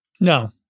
No